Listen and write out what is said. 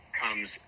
comes